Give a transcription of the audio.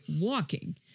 walking